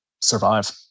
survive